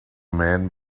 man